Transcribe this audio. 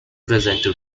presenter